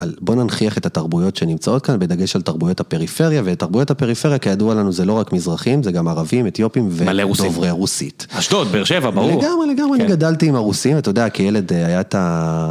בוא ננכיח את התרבויות שנמצאות כאן, בדגש על תרבויות הפריפריה, ותרבויות הפריפריה כידוע לנו זה לא רק מזרחים, זה גם ערבים, אתיופים ודובריה רוסית. אשדוד, באר שבע, ברור. לגמרי, לגמרי, אני גדלתי עם הרוסים, אתה יודע, כילד היה את ה...